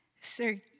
sir